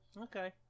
Okay